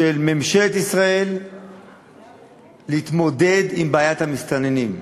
של ממשלת ישראל להתמודד עם בעיית המסתננים.